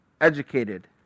educated